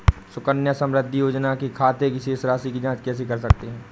सुकन्या समृद्धि योजना के खाते की शेष राशि की जाँच कैसे कर सकते हैं?